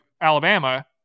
Alabama